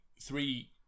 three